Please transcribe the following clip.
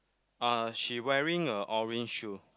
uh she wearing a orange shoe